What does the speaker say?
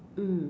mm